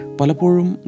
Palapurum